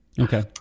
Okay